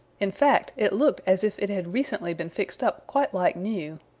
in fact, it looked as if it had recently been fixed up quite like new.